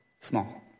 small